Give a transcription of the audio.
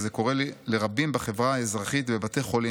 וזה קורה לי ולרבים בחברה האזרחית בבתי חולים,